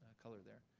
color there.